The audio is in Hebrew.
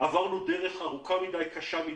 עברנו דרך ארוכה מדי וקשה מדי.